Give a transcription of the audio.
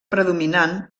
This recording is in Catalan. predominant